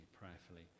prayerfully